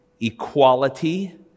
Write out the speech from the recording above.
equality